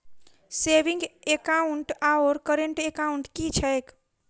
Saving account आओर current account की छैक?